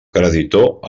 creditor